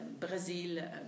Brésil